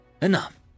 Enough